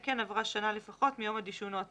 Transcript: כן עברה שנה לפחות מיום הדישון או הטיוב".